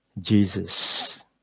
Jesus